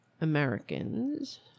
Americans